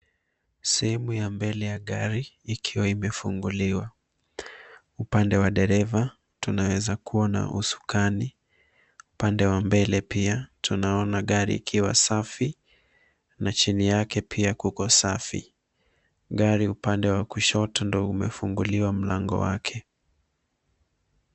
Sehemu ya mbele ya gari ikiwa imefunguliwa. Upande wa dereva tunaweza kuona usukani. Pande wa mbele pia tunaona gari ikiwa safi na chini yake pia kuko safi. Gari upande wa kushoto ndio umefunguliwa mlango wake.